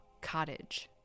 Cottage